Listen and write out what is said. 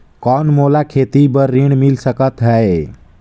कौन मोला खेती बर ऋण मिल सकत है?